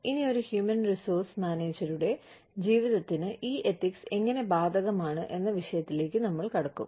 ഇനി ഒരു human resource മാനേജരുടെ ജീവിതത്തിന് ഈ എത്തിക്സ് എങ്ങനെ ബാധകമാണ് എന്ന വിഷയത്തിലേക്ക് നമ്മൾ കടക്കും